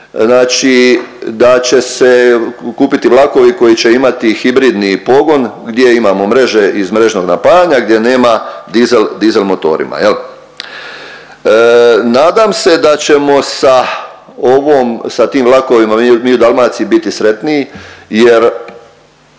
znači da će se kupiti vlakovi koji će imati hibridni pogon gdje imamo mreže iz mrežnog napajanja, gdje nema dizel motorima. Jel'? Nadam se da ćemo sa ovom, sa tim vlakovima mi u Dalmaciji biti sretniji, jer